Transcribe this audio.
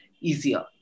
easier